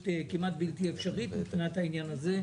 כמעט בלתי אפשרית מבחינת העניין הזה,